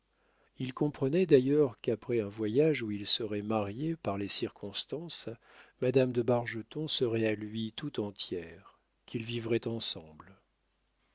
il comprenait d'ailleurs qu'après un voyage où ils seraient mariés par les circonstances madame de bargeton serait à lui tout entière qu'ils vivraient ensemble